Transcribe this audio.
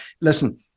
listen